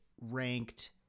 ranked